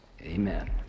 Amen